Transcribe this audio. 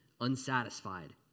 unsatisfied